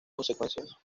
consecuencias